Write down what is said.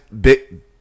big